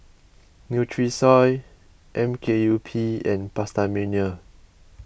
Nutrisoy M K U P and PastaMania